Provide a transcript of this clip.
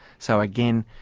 so again,